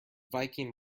viking